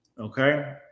okay